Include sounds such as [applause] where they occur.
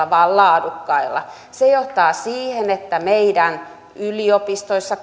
[unintelligible] vaan laadukkailla se johtaa siihen että meidän yliopistoissa